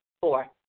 Four